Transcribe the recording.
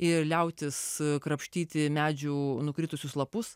ir liautis krapštyti medžių nukritusius lapus